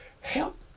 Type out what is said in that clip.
help